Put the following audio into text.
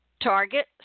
target